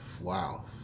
Wow